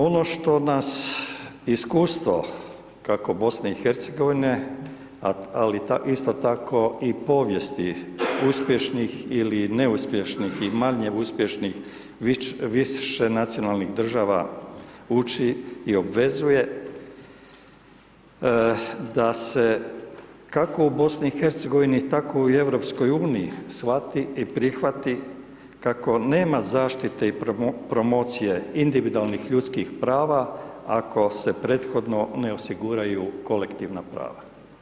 Ono što nas iskustvo kako BiH ali isto tako i povijesti uspješnih ili neuspješnih i manje uspješnih više nacionalnih država uči i obvezuje da se kako u BiH tako i u EU shvati i prihvati kako nema zaštite i promocije individualnih ljudskih prava ako se prethodno ne osiguraju kolektivna prava.